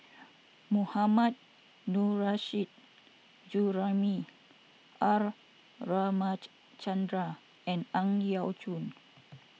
Mohammad Nurrasyid Juraimi R Ramachandran and Ang Yau Choon